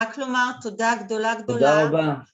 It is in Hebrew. ‫רק לומר תודה גדולה גדולה. ‫-תודה רבה.